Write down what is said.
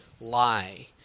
lie